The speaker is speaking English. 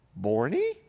Borny